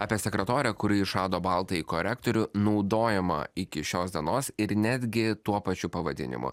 apie sekretorę kuri išrado baltąjį korektorių naudojamą iki šios dienos ir netgi tuo pačiu pavadinimu